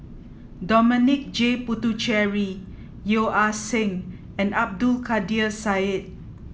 Dominic J Puthucheary Yeo Ah Seng and Abdul Kadir Syed